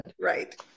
Right